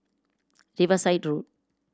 Riverside Road